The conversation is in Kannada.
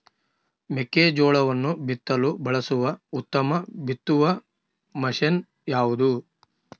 ಮೆಕ್ಕೆಜೋಳವನ್ನು ಬಿತ್ತಲು ಬಳಸುವ ಉತ್ತಮ ಬಿತ್ತುವ ಮಷೇನ್ ಯಾವುದು?